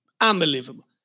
unbelievable